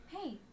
Hey